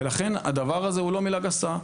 ולכן הדבר הזה הוא לא מילה גסה.